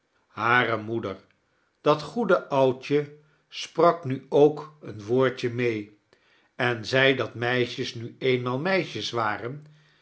hare moeder dat goede oudje sprak nu ook een woordje mee en zei dat meisjes nu eemmaal meisjes waren